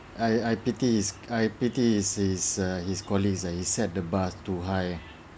I I pity is I pity is his err his colleagues he set the bar too high